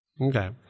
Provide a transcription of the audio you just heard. Okay